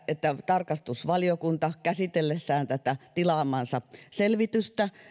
että tarkastusvaliokunta käsitellessään tätä tilaamansa selvitystä